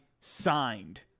Signed